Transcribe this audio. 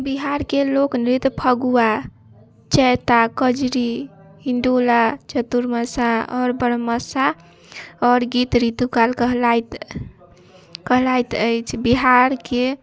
बिहारके लोकनृत्य फगुआ चैता कजरी हिन्दू लए चतुर्मासा आओर बरमासा आओर गीत ऋतु काल कहलाइत कहलाइत अछि बिहारके